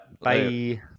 bye